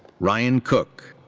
ryan cook.